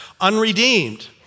unredeemed